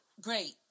great